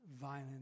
violent